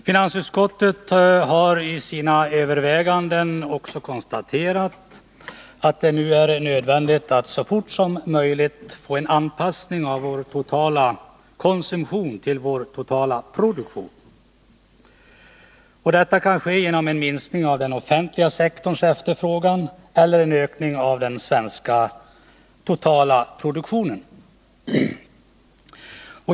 Finansutskottet har i sina överväganden också konstaterat att det nu är nödvändigt att så fort som möjligt få en anpassning av vår totala konsumtion till vår totala produktion. Detta kan ske genom en minskning av den offentliga sektorns efterfrågan eller en ökning av den svenska totalproduktionen.